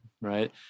right